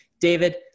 David